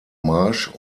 marsch